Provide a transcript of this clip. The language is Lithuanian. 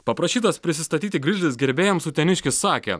paprašytas prisistatyti grizlis gerbėjams uteniškis sakė